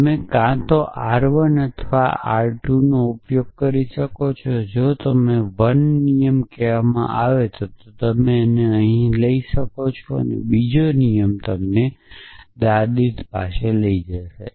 તમે r 1 અથવા 2 નો ઉપયોગ કરી શકો છો જો તમને 1 નિયમ કહેવામાં આવે તો તમને એ અહીં લઈ જશે બીજો નિયમ તમને અહી લઈ જશે